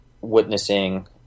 witnessing